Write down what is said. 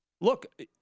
look